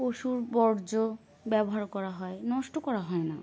পশুর বর্জ্য ব্যবহার করা হয় নষ্ট করা হয় না